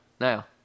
now